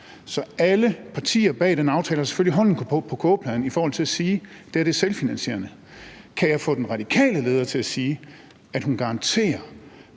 Så alle partier bag den aftale har selvfølgelig hånden på kogepladen i forhold til at sige, at det her er selvfinansierende. Kan jeg få den radikale leder til at sige, at hun garanterer,